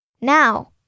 Now